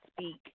speak